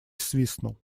свистнул